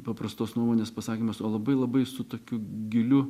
paprastos nuomonės pasakymas o labai labai su tokiu giliu